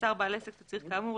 מסר בעל העסק תצהיר כאמור,